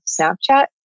Snapchat